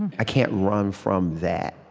and i can't run from that.